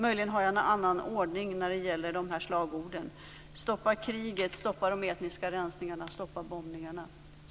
Möjligen har jag en annan ordning när det gäller slagorden: stoppa kriget, stoppa de etniska rensningarna och stoppa bombningarna.